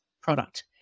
product